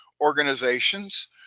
organizations